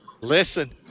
Listen